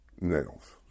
nails